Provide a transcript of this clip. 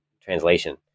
translation